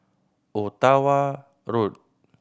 Ottawa Road